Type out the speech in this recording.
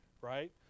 right